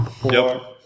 four